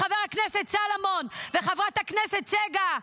חבר הכנסת סולומון וחברת הכנסת צגה,